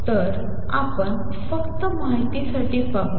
तर आपण फक्त माहितीसाठी पाहू